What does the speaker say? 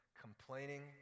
complaining